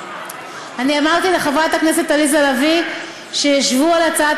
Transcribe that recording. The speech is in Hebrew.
אני אמרתי לחברת הכנסת עליזה לביא שישבו על הצעת